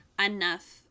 enough